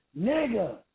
Nigga